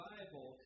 Bible